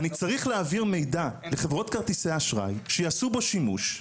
אני צריך להעביר מידע לחברות כרטיסי האשראי שיעשו בו שימוש.